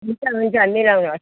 हुन्छ हुन्छ मिलाउनु होस्